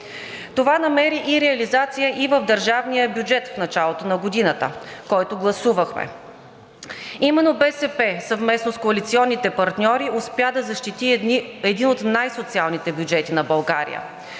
Това намери реализация и в държавния бюджет в началото на годината, който гласувахме. Именно БСП, съвместно с коалиционните партньори, успя да защити един от най-социалните бюджети на България.